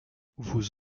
vous